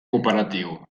cooperatiu